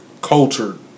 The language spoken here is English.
cultured